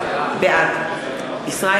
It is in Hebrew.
בעד ישראל